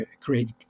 create